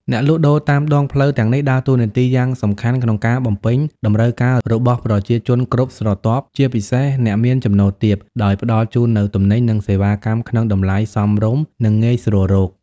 អ្នកលក់ដូរតាមដងផ្លូវទាំងនេះដើរតួនាទីយ៉ាងសំខាន់ក្នុងការបំពេញតម្រូវការរបស់ប្រជាជនគ្រប់ស្រទាប់ ជាពិសេសអ្នកមានចំណូលទាប ដោយផ្តល់ជូននូវទំនិញ និងសេវាកម្មក្នុងតម្លៃសមរម្យ និងងាយស្រួលរក ។